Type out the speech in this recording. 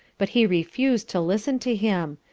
but he refused to listen to him,